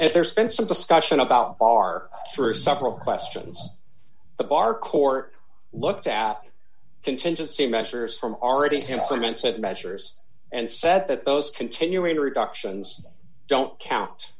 as there's been some discussion about our through several questions the bar court looked at contingency measures from already him clementon measures and said that those continuing reductions don't count